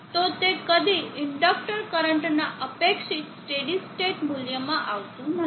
તો તે કદી ઇનડક્ટર કરંટના અપેક્ષિત સ્ટેડી સ્ટેટ મૂલ્યમાં આવતું નથી